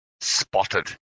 spotted